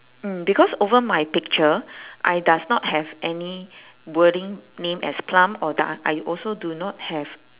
mm because over my picture I does not have any wording name as plum or doe~ I also do not have